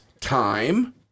Time